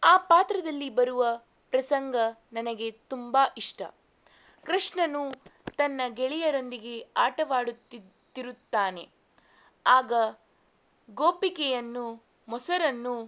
ಆ ಪಾತ್ರದಲ್ಲಿ ಬರುವ ಪ್ರಸಂಗ ನನಗೆ ತುಂಬ ಇಷ್ಟ ಕೃಷ್ಣನು ತನ್ನ ಗೆಳೆಯರೊಂದಿಗೆ ಆಟವಾಡುತ್ತಿರುತ್ತಾನೆ ಆಗ ಗೋಪಿಕೆಯನ್ನು ಮೊಸರನ್ನು